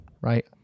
right